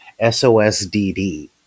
SOSDD